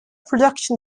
production